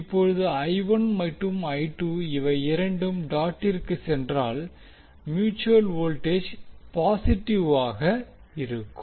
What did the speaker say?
இப்போது மற்றும் இவையிரண்டும் டாட்டிற்கு சென்றால் மியூட்சுவல் வோல்டேஜ் பாசிட்டிவாக இருக்கும்